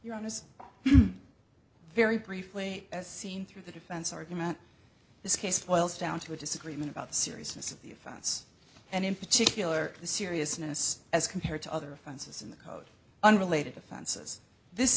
you're honest very briefly as seen through the defense argument this case boils down to a disagreement about the seriousness of the offense and in particular the seriousness as compared to other offenses in the code unrelated offenses this